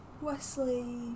Wesley